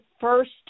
first